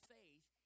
faith